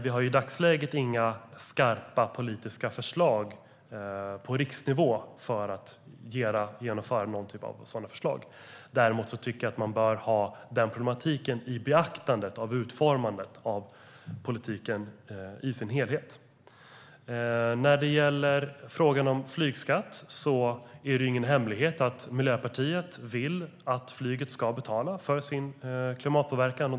Vi har i dagsläget inga skarpa politiska förslag på riksnivå för att genomföra förändringar på det området. Däremot tycker jag att man bör ta den problematiken i beaktande vid utformandet av politiken i dess helhet. När det gäller frågan om flygskatt är det ingen hemlighet att Miljöpartiet vill att flyget ska betala för sin klimatpåverkan.